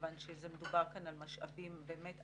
כיוון שמדובר כאן על משאבי עתירים.